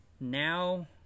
now